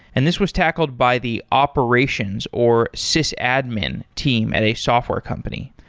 and this was tackled by the operations or cis admin team at a software company.